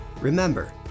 Remember